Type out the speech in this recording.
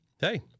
hey